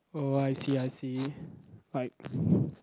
oh I see I see like